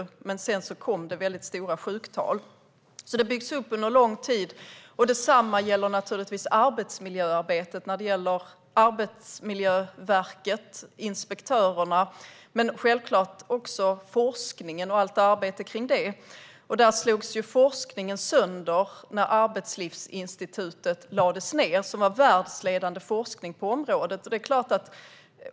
Sedan kom dock väldigt stor sjuktal. Det byggs alltså upp under lång tid. Detsamma gäller naturligtvis det arbetsmiljöarbete som utförs av Arbetsmiljöverkets inspektörer och självklart också forskningen och det arbete som hänger samman med den. Forskningen slogs sönder när Arbetslivsinstitutet, som hade världsledande forskning på området, lades ned.